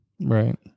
Right